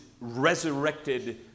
resurrected